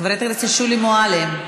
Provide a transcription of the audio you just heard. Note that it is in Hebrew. חברת הכנסת שולי מועלם,